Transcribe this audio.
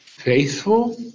Faithful